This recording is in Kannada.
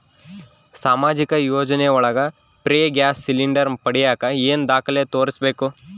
ಸಾಮಾಜಿಕ ಯೋಜನೆ ಒಳಗ ಫ್ರೇ ಗ್ಯಾಸ್ ಸಿಲಿಂಡರ್ ಪಡಿಯಾಕ ಏನು ದಾಖಲೆ ತೋರಿಸ್ಬೇಕು?